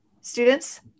students